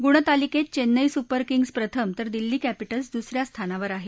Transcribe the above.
गुणतालिकेत Chennai Super Kings प्रथम तर दिल्ली कॅपिटल्स दुसऱ्या स्थानावर आहे